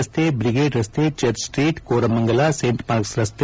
ರಸ್ತೆ ಬ್ರಿಗೇಡ್ ರಸ್ತೆ Church Street Koramangala Saint Mark's ರಸ್ತೆ